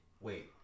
Wait